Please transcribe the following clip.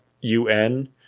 un